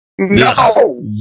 No